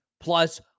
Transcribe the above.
plus